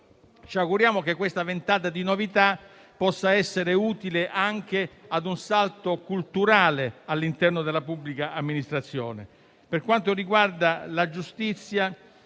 Ci auguriamo che questa ventata di novità possa essere utile anche ad un salto culturale all'interno della pubblica amministrazione. Per quanto riguarda la giustizia,